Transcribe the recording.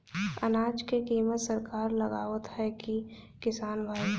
अनाज क कीमत सरकार लगावत हैं कि किसान भाई?